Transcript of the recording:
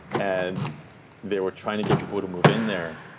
and they were trying to get people to move in there.